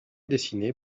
dessiné